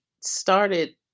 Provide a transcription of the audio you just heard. started